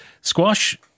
squash